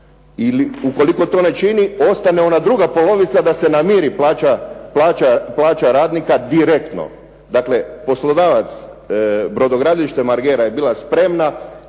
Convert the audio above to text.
ili ukoliko to ne čini, ostaje ona druga polovica da se namiri plaća radnika direktno. Dakle, poslodavac Brodogradilište Margera je bila spremna